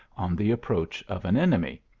on the approach of an enemy.